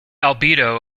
albedo